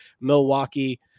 Milwaukee